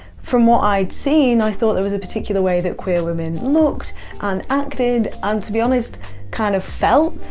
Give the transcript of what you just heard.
from what i'd seen i thought there was a particular way that queer women looked and acted and to be honest kind of felt?